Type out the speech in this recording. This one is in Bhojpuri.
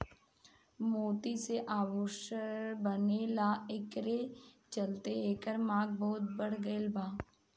मोती से आभूषण बनेला एकरे चलते एकर मांग बहुत बढ़ गईल बा